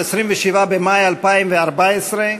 27 במאי 2014,